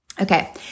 Okay